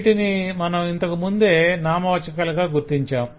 వీటిని మనం ఇంతకుముందే నామవాచకాలుగా గుర్తించాం